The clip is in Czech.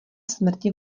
smrti